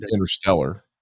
Interstellar